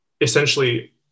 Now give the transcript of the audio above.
essentially